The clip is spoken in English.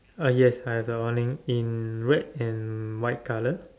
uh yes I have that one in red and white colour